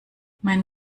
mein